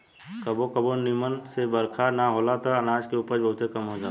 कबो कबो निमन से बरखा ना होला त अनाज के उपज बहुते कम हो जाला